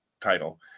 title